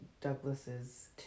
Douglas's